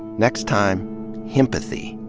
next time himpathy.